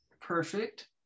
Perfect